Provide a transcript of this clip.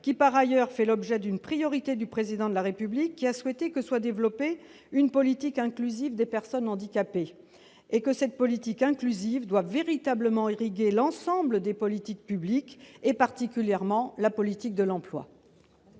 qui, par ailleurs, fait l'objet d'une priorité du Président de la République, lequel a souhaité que soit développée une politique inclusive des personnes handicapées. Cette politique inclusive doit véritablement irriguer l'ensemble des politiques publiques, et particulièrement la politique de l'emploi.